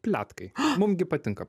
pletkai mum gi patinka